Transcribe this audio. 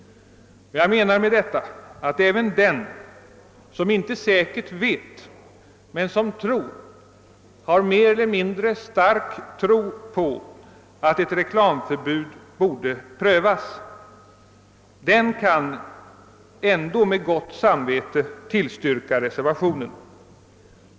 Jag menar med detta att även den, som inte säkert vet men som har mer eller mindre stark tro på att ett reklamförbud borde prövas, med gott samvete kan tillstyrka reservationen 1.